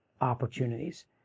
opportunities